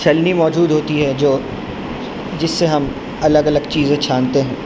چلنی موجود ہوتی ہے جو جس سے ہم الگ الگ چیزیں چھانتے ہیں